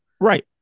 right